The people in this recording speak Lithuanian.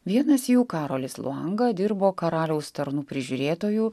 vienas jų karolis luanga dirbo karaliaus tarnų prižiūrėtoju